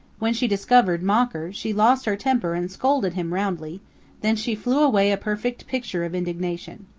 when she discovered mocker she lost her temper and scolded him roundly then she flew away a perfect picture of indignation.